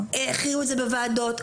העלו את זה בוועדות,